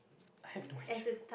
I have no idea